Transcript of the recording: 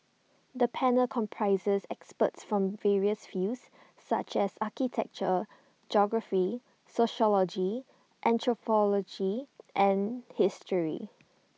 the panel comprises experts from various fields such as architecture geography sociology anthropology and history